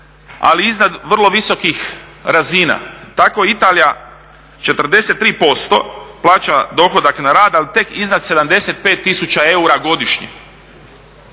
ali iznad vrlo visokih razina, tako Italija 43% plaća dohodak na rad, ali tek iznad 75 tisuća eura godišnje.